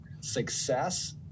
Success